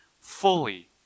fully